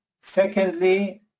Secondly